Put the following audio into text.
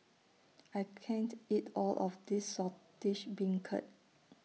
I can't eat All of This Saltish Beancurd